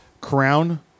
crown